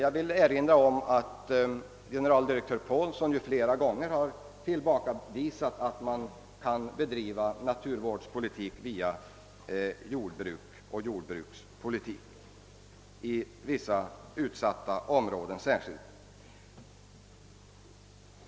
Jag vill erinra om att generaldirektör Paulsson ju flera gånger har tillbakavisat att man kan bedriva naturvårdspolitik via jordbruk och jordbrukspolitiska åtgärder i vissa särskilt utsatta områden.